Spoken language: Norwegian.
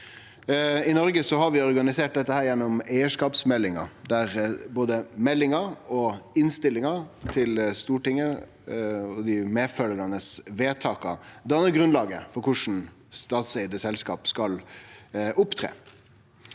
I Noreg har vi organisert dette gjennom eigarskapsmeldinga, der både meldinga, innstillinga til Stortinget og dei medfølgande vedtaka dannar grunnlaget for korleis statseigde selskap skal opptre.